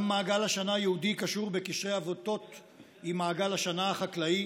גם מעגל השנה היהודי קשור בקשרי עבותות עם מעגל השנה החקלאי